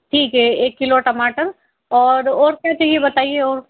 ठीक है एक किलो टमाटर और और क्या चाहिए बताइए